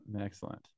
Excellent